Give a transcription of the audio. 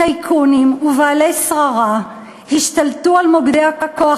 טייקונים ובעלי שררה השתלטו על מוקדי הכוח